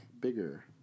bigger